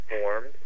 formed